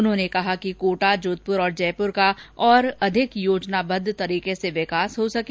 उन्होंने कहा कि कोटा जोधप्र और जयप्र का और अधिक योजनाबद्ध तरीके से विकास हो सके